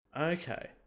Okay